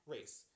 Race